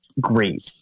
great